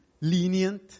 lenient